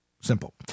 Simple